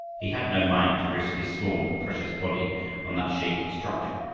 he had no mind to risk his small but precious body on that shaky structure.